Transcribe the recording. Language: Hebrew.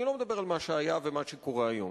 אני לא מדבר על מה שהיה ומה שקורה היום,